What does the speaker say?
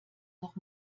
noch